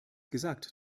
gesagt